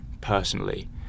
personally